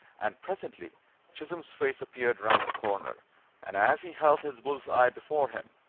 and presently chisholm's face appeared round the corner and as he held his bull's-eye before him,